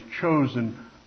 chosen